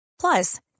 Plus